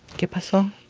que paso?